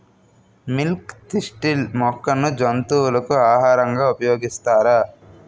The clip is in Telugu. మిల్క్ తిస్టిల్ మొక్కను జంతువులకు ఆహారంగా ఉపయోగిస్తారా?